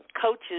coaches